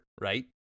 right